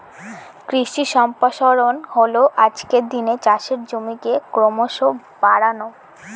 কৃষি সম্প্রসারণ হল আজকের দিনে চাষের জমিকে ক্রমশ বাড়ানো